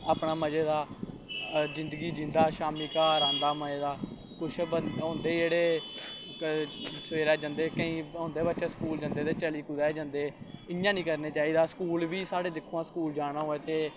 अपना मज़े दा जिन्दगी जींदा शाम्मी घर आंदा मज़े दा कुछ बंददे होंदे जेह्ड़े सवेरैं जंदे केईं होंदे बच्चे स्कूल जंदे ते चली कुतै जंदे इ'यां निं करना चाहिदा स्कूल बा साढ़े दिक्खो आं स्कूल जाना होऐ ते